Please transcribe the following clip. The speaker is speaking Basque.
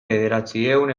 bederatziehun